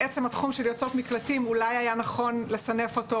בעצם התחום של יוצאות מקלטים אולי היה נכון לסנף אותו.